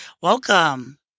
Welcome